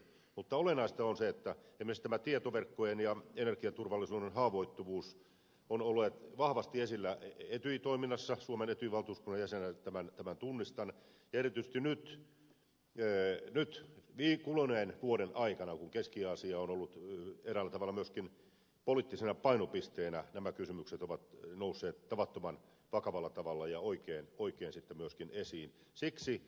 mutta olennaista on se että esimerkiksi tietoverkkojen ja energiaturvallisuuden haavoittuvuus ovat olleet vahvasti esillä etyjin toiminnassa suomen etyj valtuuskunnan jäsenenä tämän tunnistan ja erityisesti nyt kuluneen vuoden aikana kun keski aasia on ollut eräällä tavalla myöskin poliittisena painopisteenä nämä kysymykset ovat nousseet tavattoman vakavalla tavalla ja oikein esiin